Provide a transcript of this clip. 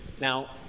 Now